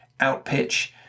outpitch